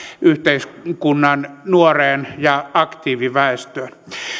yhteiskunnan nuoreen ja aktiiviväestöön